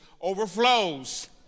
overflows